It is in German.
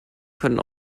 können